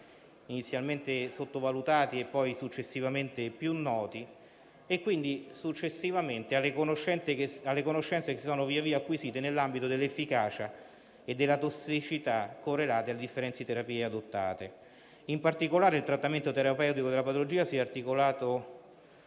inizialmente sottovalutati e poi successivamente più noti. Successivamente si sono via via acquisite conoscenze nell'ambito dell'efficacia e della tossicità correlate alle differenti terapie adottate. In particolare, il trattamento terapeutico della patologia si è articolato